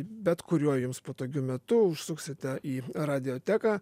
bet kuriuo jums patogiu metu užsuksite į radioteką